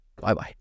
Bye-bye